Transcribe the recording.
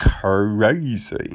crazy